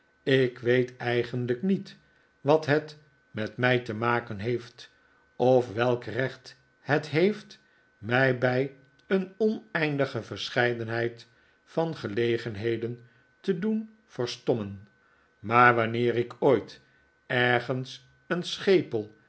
ik weet eigenlijk niet wat het met mij te maken heeft of welk recht het heeft mij bij een oneindige verscheidenheid van gelegenheden te doen verstommen maar wanneer ik ooit ergens een schepel